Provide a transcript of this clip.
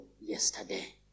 yesterday